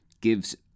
gives